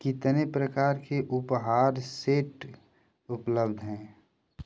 कितने प्रकार के उपहार सेट उपलब्ध हैं